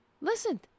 Listen